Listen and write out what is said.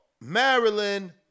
Maryland